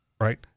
right